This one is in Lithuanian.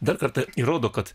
dar kartą įrodo kad